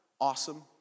Awesome